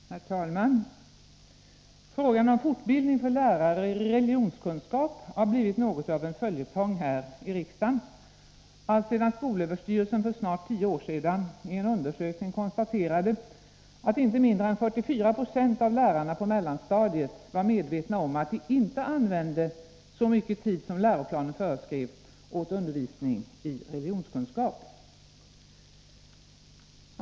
Herr talman! Frågan om fortbildning för lärare i religionskunskap har blivit något av en följetong här i riksdagen alltsedan skolöverstyrelsen för snart tio år sedan i en undersökning konstaterade att inte mindre än 44 96 av lärarna på mellanstadiet var medvetna om att de inte använde så mycket tid som läroplanen föreskrev åt undervisning i religionskunskap.